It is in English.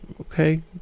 okay